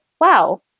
wow